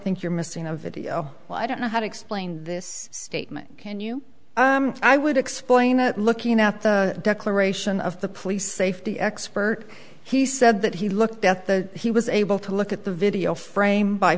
think you're missing a video well i don't know how to explain this statement can you i would explain it looking out the declaration of the police safety expert he said that he looked at the he was able to look at the video frame by